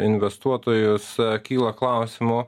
investuotojus kyla klausimų